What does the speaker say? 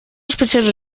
spezielle